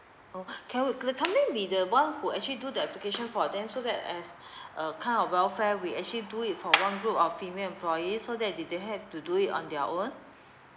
oh can we company be the one who actually do the application for them so that as uh kind of welfare we actually do it for one group of female employees so that they don't have to do it on their own